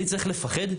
אני צריך לפחד?